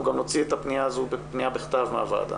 גם נוציא את הפניה הזו בכתב מהוועדה.